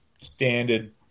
standard